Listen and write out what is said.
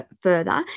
further